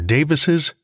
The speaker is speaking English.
Davis's